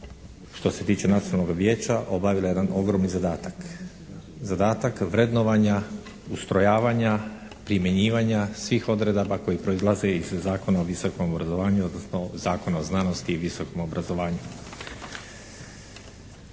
što se tiče Nacionalnoga vijeća obavila jedan ogromni zadatak. Zadatak vrednovanja, ustrojavanja, primjenjivanja svih odredaba koje proizlaze iz Zakona o visokom obrazovanju, odnosno Zakona o znanosti i visokom obrazovanju.